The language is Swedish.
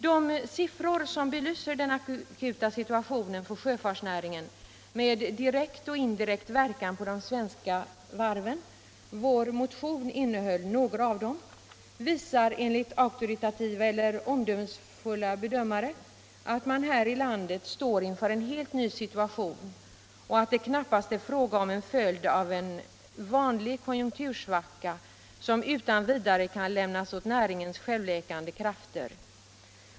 De siffror som belyser den akuta situationen för sjöfartsnäringen med direkt och indirekt verkan på de svenska varven — vår motion innehöll några av dem -— visar enligt auktoritativa och omdömesgilla bedömare att man här i landet står inför en helt ny situation och att det knappast är fråga om en följd av en vanlig konjunktursvacka, som utan vidare kan lämnas åt näringens självläkande krafter.